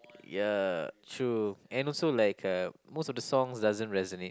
ya true and also like uh most of the song doesn't resonate